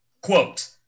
Quote